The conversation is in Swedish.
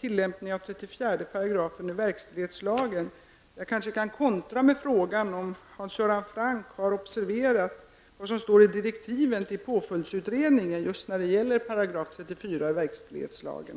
tillämpningen av 34 § i verkställighetslagen. Jag kanske kan kontra med att fråga om Hans Göran Franck har observerat vad som står i direktiven till påföljdsutredningen just när det gäller 34 § i verkställighetslagen.